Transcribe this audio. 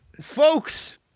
folks